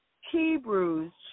Hebrews